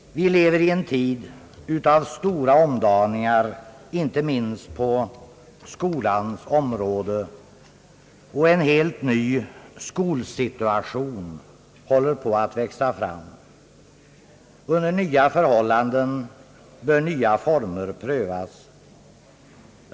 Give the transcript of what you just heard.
Vi lever i en tid av stora omdaningar, inte minst på skolans område, och en helt ny skolsituation håller på att växa fram. Under nya förhållanden bör nya former prövas.